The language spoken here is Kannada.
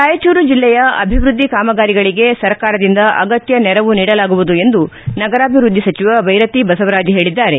ರಾಯಚೂರು ಜಿಲ್ಲೆಯ ಅಭಿವೃದ್ದಿ ಕಾಮಗಾರಿಗಳಿಗೆ ಸರ್ಕಾರದಿಂದ ಅಗತ್ಯ ನೆರವು ನೀಡಲಾಗುವುದು ಎಂದು ನಗರಾಭಿವೃದ್ದಿ ಸಚಿವ ದೈರತಿ ಬಸವರಾಜ್ ಹೇಳಿದ್ದಾರೆ